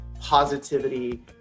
positivity